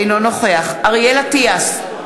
אינו נוכח אריאל אטיאס,